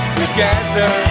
together